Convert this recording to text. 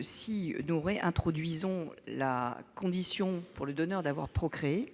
si nous réintroduisons la condition pour le donneur d'avoir procréé,